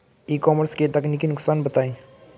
ई commerce के तकनीकी नुकसान बताएं?